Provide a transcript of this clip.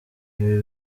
ibi